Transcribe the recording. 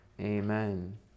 Amen